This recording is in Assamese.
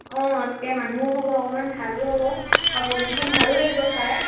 অঁ তেতিয়া মানুহো হ'ব অকণমান ভালো হ'ব আৰু প্ৰগ্ৰেমখন ভালো লাগিব চাই